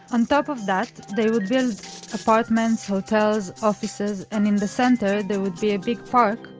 on top of that they would build apartments, hotels, offices, and in the center there would be a big park,